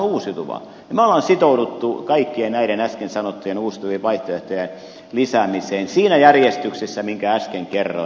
me olemme sitoutuneet kaikkien näiden äsken sanottujen uusiutuvien vaihtoehtojen lisäämiseen siinä järjestyksessä minkä äsken kerroin